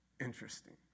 interesting